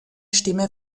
stimme